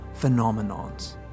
phenomenons